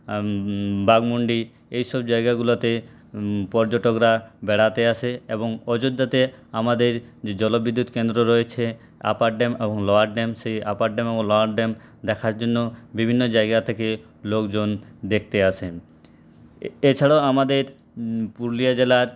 বাঘমুন্ডি এইসব জায়গাগুলোতে পর্যটকরা বেড়াতে আসে এবং অযোধ্যাতে আমাদের যে জলবিদ্যুৎ কেন্দ্র রয়েছে আপার ড্যাম এবং লোয়ার ড্যাম সেই আপার ড্যাম এবং লোয়ার ড্যাম দেখার জন্য বিভিন্ন জায়গা থেকে লোকজন দেখতে আসেন এছাড়াও আমাদের পুরুলিয়া জেলার